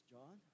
John